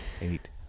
eight